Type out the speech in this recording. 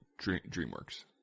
DreamWorks